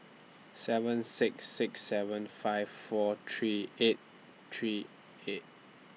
seven six six seven five four three eight three eight